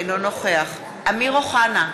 אינו נוכח אמיר אוחנה,